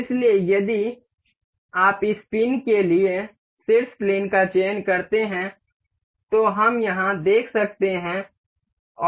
इसलिए यदि आप इस पिन के लिए शीर्ष प्लेन का चयन करते हैं तो हम यहां देख सकते हैं